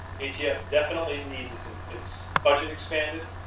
atf definitely needs its and its budget expanded.